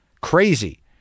Crazy